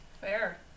Fair